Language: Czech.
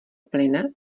plyne